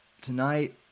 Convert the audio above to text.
Tonight